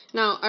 now